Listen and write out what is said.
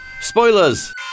spoilers